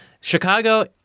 Chicago